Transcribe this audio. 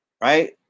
right